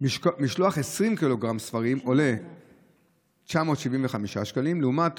20 ק"ג ספרים עולה 975 שקלים, לעומת